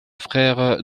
frère